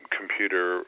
computer